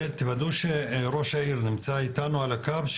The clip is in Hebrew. ותוודאו שראש העיר נמצא איתנו על הקו,